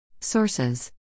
Sources